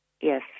Yes